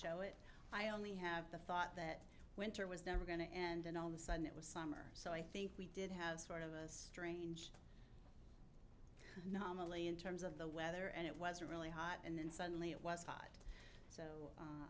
show it i only have the thought that winter was never going to end and all the sudden it was summer so i think we did have sort of a strange anomaly in terms of the weather and it was really hot and then suddenly it was hot